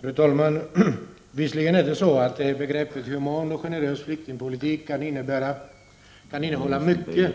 Fru talman! Visserligen kan det när det gäller begreppet human och generös flyktingpolitik finnas mycket